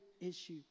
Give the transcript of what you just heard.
issue